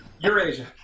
Eurasia